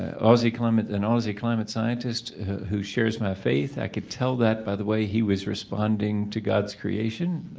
aussie climate and aussie climate scientists who shares my faith, i could tell that by the way he was responding to god's creation,